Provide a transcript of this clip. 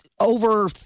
Over